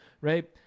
right